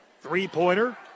three-pointer